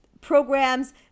programs